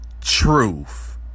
truth